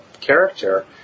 character